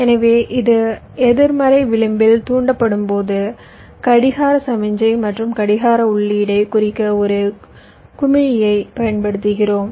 எனவே இது எதிர்மறை விளிம்பில் தூண்டப்படும்போது கடிகார சமிக்ஞை மற்றும் கடிகார உள்ளீடை குறிக்க ஒரு குமிழியைப் பயன்படுத்துகிறோம்